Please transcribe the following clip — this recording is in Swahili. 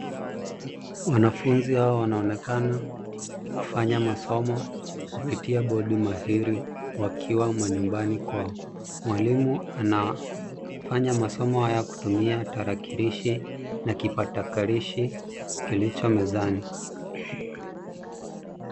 Wanafunzi hao wanaonekana kufanya masomo kupitia bodi mahiri wakiwa manyumbani kwao. Mwalimu anafanya masomo haya kutumia tarakilishi na kipakatalishi kilicho mezani.